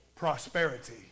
prosperity